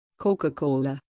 Coca-Cola